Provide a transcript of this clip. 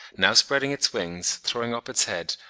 now spreading its wings, throwing up its head,